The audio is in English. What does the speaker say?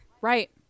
right